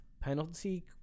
penalty